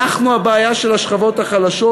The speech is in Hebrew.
אנחנו הבעיה של השכבות החלשות?